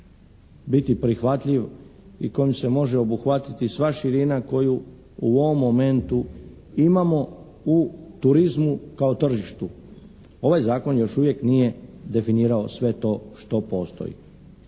biti prihvatljiv i kojim se može obuhvatiti sva širina koju u ovom momentu imamo u turizmu kao tržištu. Ovaj zakon još uvijek nije definirao sve to što postoji